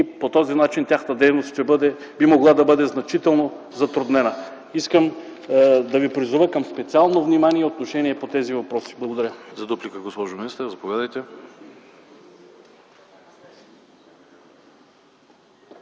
по този начин тяхната дейност би могла да бъде значително затруднена. Искам да Ви призова към специално внимание и отношение по тези въпроси. Благодаря.